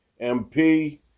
MP